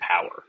power